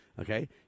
Okay